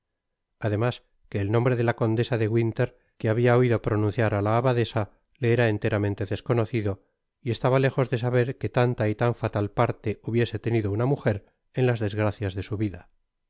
además quel el nombre de la condesa de winter que habia oido pronunciar á la abadesa le era enteramente desconocido y estaba lejos de saber que tanta y tan fatal parte hubiese tenido una mujer en las desgracias de su vida